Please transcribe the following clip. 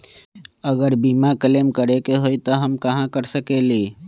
अगर बीमा क्लेम करे के होई त हम कहा कर सकेली?